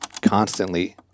constantly